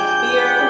fear